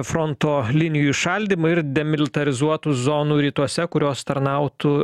fronto linijų įšaldymą ir demilitarizuotų zonų rytuose kurios tarnautų